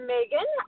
Megan